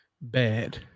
bad